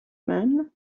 man